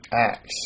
Acts